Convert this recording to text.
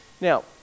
Now